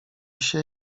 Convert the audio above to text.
się